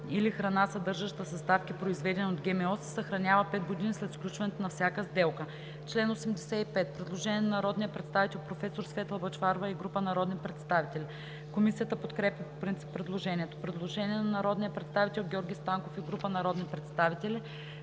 или храна, съдържаща съставки, произведени от ГМО, се съхранява 5 години след сключването на всяка сделка.“ По чл. 85 има предложение на народния представител професор Светла Бъчварова и група народни представители. Комисията подкрепя по принцип предложението. Предложение на народния представител Георги Станков и група народни представители.